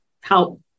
help